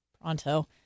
Pronto